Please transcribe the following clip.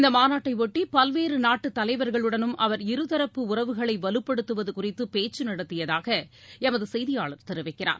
இந்த மாநாட்டை யொட்டி பல்வேறு நாட்டு தலைவர்களுடனும் அவர் இருதரப்பு உறவுகளை வலுப்படுத்துவது குறித்து பேச்சு நடத்தியதாக எமது செய்தியாளர் தெரிவிக்கிறார்